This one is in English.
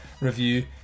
review